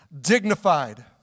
dignified